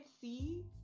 see